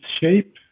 shape